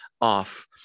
off